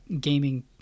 gaming